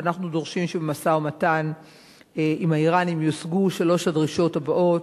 ואנחנו דורשים שבמשא-ומתן עם האירנים יושגו שלוש הדרישות הבאות: